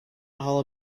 all